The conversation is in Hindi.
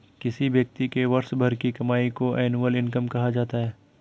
किसी व्यक्ति के वर्ष भर की कमाई को एनुअल इनकम कहा जाता है